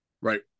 right